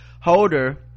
holder